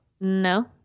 No